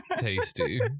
tasty